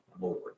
lord